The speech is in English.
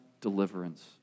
deliverance